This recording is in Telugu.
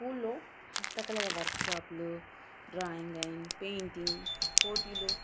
స్కూల్లో హస్తకళల వర్క్షాప్లు డ్రాయింగ్ అండ్ పెయింటింగ్ పోటీలు